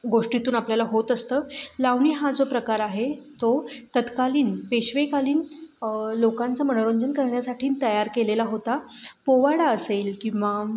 गोष्टीतून आपल्याला होत असतं लावणी हा जो प्रकार आहे तो तत्कालीन पेशवेकालीन लोकांचं मनोरंजन करण्यासाठी तयार केलेला होता पोवाडा असेल किंवा